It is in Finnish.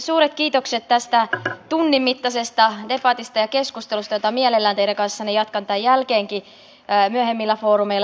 suuret kiitokset tästä tunnin mittaisesta debatista ja keskustelusta jota mielelläni teidän kanssanne jatkan tämän jälkeenkin myöhemmillä foorumeilla